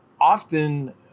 often